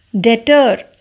Deter